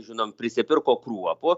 žinom prisipirko kruopų